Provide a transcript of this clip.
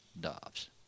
doves